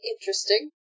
interesting